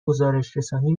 گزارشرسانی